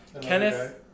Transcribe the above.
Kenneth